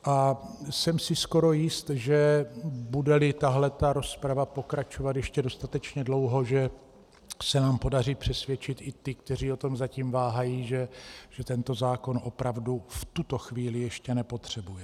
A jsem si skoro jist, že budeli tahle ta rozprava pokračovat ještě dostatečně dlouho, že se nám podaří přesvědčit i ty, kteří o tom zatím váhají, že tento zákon opravdu v tuto chvíli ještě nepotřebujeme.